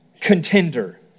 contender